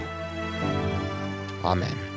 Amen